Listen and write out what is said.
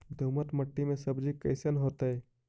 दोमट मट्टी में सब्जी कैसन होतै?